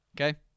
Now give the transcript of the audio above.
okay